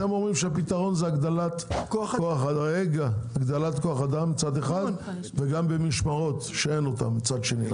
אתם אומרים שהפתרון הוא הגדלת כוח אדם מצד אחד וגם משמרות מצד שני.